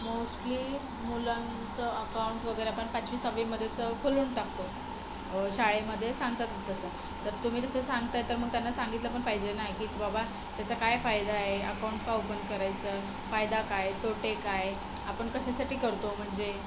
mostly मुलांचं account वगैरे आपण पाचवी सहावीमध्येच खोलून टाकतो शाळेमध्ये सांगतातच तसं तर तुम्ही जसं सांगतआहे तर मग त्यांना सांगितलं पण पाहिजे नाही की बाबा त्याचा काय फायदा आहे अकाउंट का ओपन करायचं फायदा काय तोटे काय आपण कशासाठी करतो म्हणजे